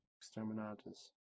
Exterminators